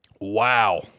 wow